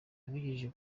abinyujije